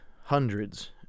hundreds